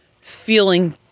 feeling